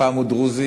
פעם הוא דרוזי,